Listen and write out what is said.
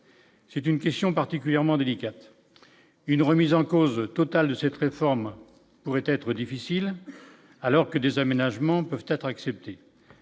c'est une question particulièrement délicate, une remise en cause totale de cette réforme pourrait être difficile alors que des aménagements peuvent être acceptées,